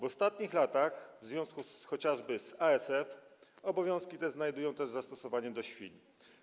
W ostatnich latach, w związku chociażby z ASF, obowiązki te znajdują też zastosowanie do świń.